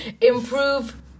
Improve